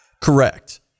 Correct